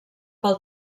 pel